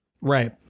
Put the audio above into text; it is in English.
Right